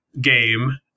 game